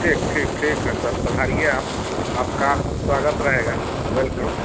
ठीक ठीक ठीक है सर पधारिए आप आपका स्वागत रहेगा वेलकम